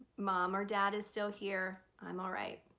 mom or dad is still here, i'm all right.